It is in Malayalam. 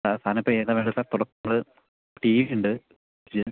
സാറിന് ഇപ്പം ഏതാണ് വേണ്ടത് സാർ പ്രൊഡക്ട് ടി വി ഉണ്ട് ഫ്രിഡ്ജ്